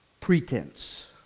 pretense